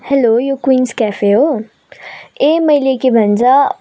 hello यो Queens cafe हो ए मैले के भन्छ